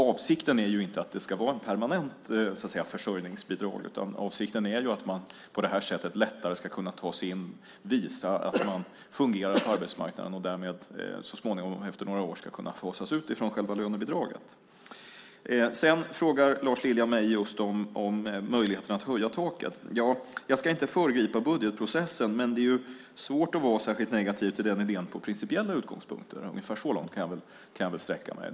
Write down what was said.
Avsikten är ju inte att det ska vara ett permanent försörjningsbidrag, utan avsikten är att man på det här sättet lättare ska kunna visa att man fungerar på arbetsmarknaden och därmed så småningom efter några år ska kunna fasas ut från själva lönebidraget. Sedan frågar Lars Lilja mig om möjligheterna att höja taket. Jag ska inte föregripa budgetprocessen, men det är ju svårt att vara särskilt negativ till den idén från principiella utgångspunkter. Ungefär så långt kan jag väl sträcka mig.